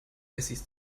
wessis